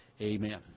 Amen